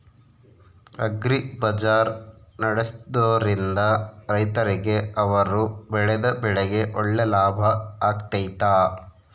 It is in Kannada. ಅಗ್ರಿ ಬಜಾರ್ ನಡೆಸ್ದೊರಿಂದ ರೈತರಿಗೆ ಅವರು ಬೆಳೆದ ಬೆಳೆಗೆ ಒಳ್ಳೆ ಲಾಭ ಆಗ್ತೈತಾ?